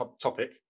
topic